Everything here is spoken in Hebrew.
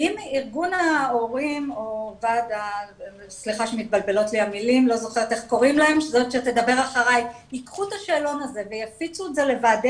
ואם הנהגת ההורים הארצי יקחו את השאלון הזה ויפיצו את זה לוועדי